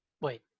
wait